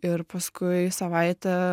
ir paskui savaitę